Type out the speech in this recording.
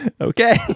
okay